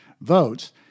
votes